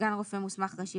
סגן רופא מוסמך ראשי,